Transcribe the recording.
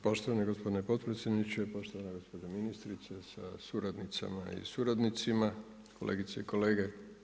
Poštovani gospodine potpredsjedniče, poštovana gospođo ministrice sa suradnicama i suradnicima, kolegice i kolege.